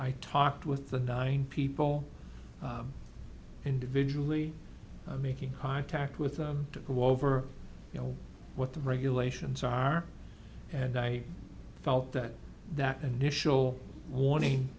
i talked with the nine people individually making contact with them to go over you know what the regulations are and i felt that that initial warning